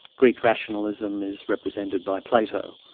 greek rationalism is represented by plato,